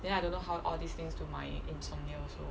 then I don't know how all these things to my insomnia also